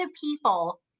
people